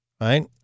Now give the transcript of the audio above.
right